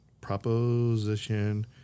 proposition